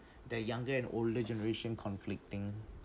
the younger and older generation conflicting